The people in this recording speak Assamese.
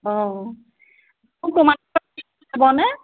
অঁ